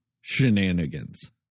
shenanigans